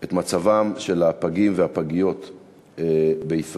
את מצבם של הפגים והפגות בישראל.